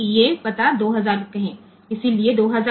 તેનું અમુક સરનામું હશે કહો કે આ એડ્રેસ 2000 છે